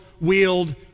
wield